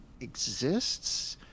exists